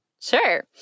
Sure